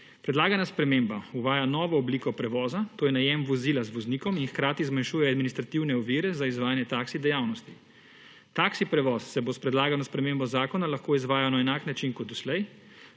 Predlagana sprememba uvaja novo obliko prevoza, to je najem vozila z voznikom in hkrati zmanjšuje administrativne ovire za izvajanje taksi dejavnosti. Taksi prevoz se bo s predlagano spremembo zakona lahko izvajal na enak način, kot doslej,